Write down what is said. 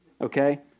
okay